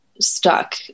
stuck